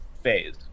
phase